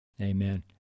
Amen